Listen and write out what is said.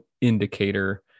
indicator